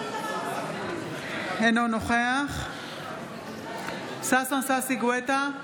אינו נוכח ששון ששי גואטה,